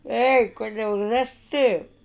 dey கொஞ்சம் ஒரு:konjam oru nest